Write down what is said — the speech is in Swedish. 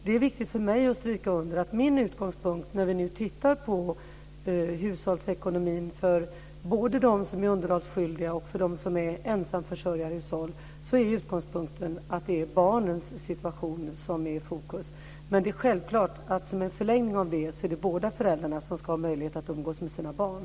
Det är viktigt för mig att stryka under att min utgångspunkt när vi nu tittar på hushållsekonomin för både dem som är underhållsskyldiga och dem som är ensamförsörjarhushåll är att det är barnens situation som är i fokus. Men som en förlängning av det är det båda föräldrarna som ska ha möjlighet att umgås med sina barn.